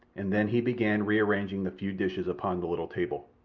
and then he began rearranging the few dishes upon the little table.